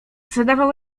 zadawał